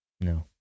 no